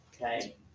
okay